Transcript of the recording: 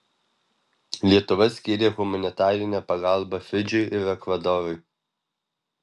lietuva skyrė humanitarinę pagalbą fidžiui ir ekvadorui